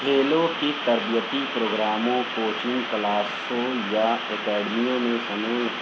کھیلوں کی تربیتی پروگراموں کوچنگ کلاسوں یا اکیڈمیوں میں سمے